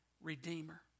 Redeemer